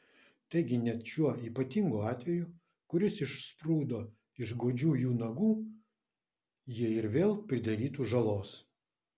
taigi net šiuo ypatingu atveju kuris išsprūdo iš godžių jų nagų jie ir vėl pridarytų žalos